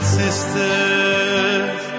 sisters